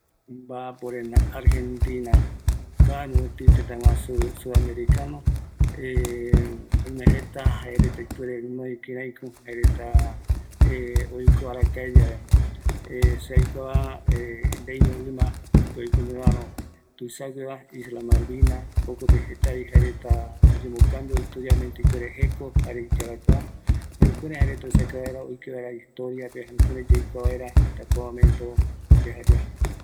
Baporenda, Argentina, kua mopeti tetaguasu sudamericano oime jeta jaereta ipuere gunoi kireiko jaereta oiko arakae yave se aikuava jae deiño ima jokope oiko ñoraro tuisagueva Isla malvina, jokope jetavi jaertea oyemocambio historialmente ipuere jeko jare iyarakua, jukurei jaereta uesaka vaera, oiko vaera historia pe, kurei yaikua vaera hasta kua momento.